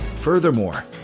Furthermore